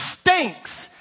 stinks